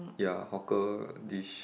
ya hawker dish